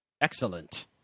Excellent